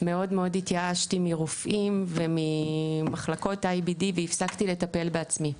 התייאשתי מאוד מרופאים וממחלקות IBD והפסקתי לטפל בעצמי.